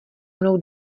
mnou